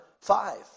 five